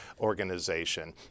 Organization